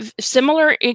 similar